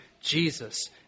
Jesus